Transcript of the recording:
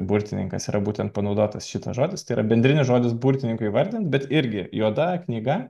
burtininkas yra būtent panaudotas šitas žodis tai yra bendrinis žodis burtininkui įvardint bet irgi juoda knyga